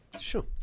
sure